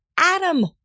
Adam